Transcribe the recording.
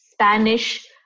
Spanish